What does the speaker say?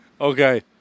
Okay